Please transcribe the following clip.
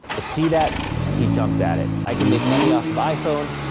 ah see that, he jumped at it. i can make money off of iphone,